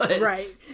right